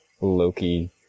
Loki